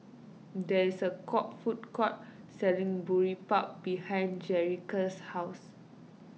there is a court food court selling Boribap behind Jerrica's house